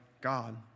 God